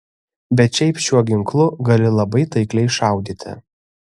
bet šiaip šiuo ginklu gali labai taikliai šaudyti